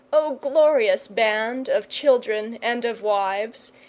o glorious band of children and of wives,